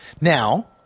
Now